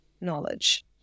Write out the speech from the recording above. knowledge